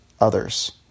others